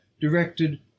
directed